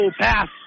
Pass